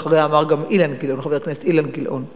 ואחריה אמר גם חבר הכנסת אילן גילאון.